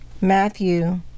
matthew